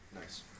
Nice